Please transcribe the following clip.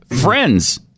Friends